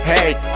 Hey